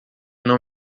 não